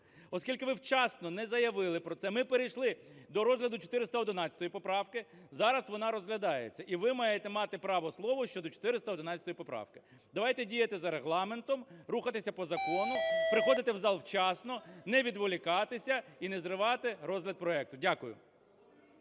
Оскільки ви вчасно не заявили про це ми перейшли до розгляду 411 поправки, зараз вона розглядається, і ви маєте мати право слово щодо 411 поправки. Давайте діяти за Регламентом, рухатися по закону, приходити в зал вчасно, не відволікатися і не зривати розгляд проекту. Дякую.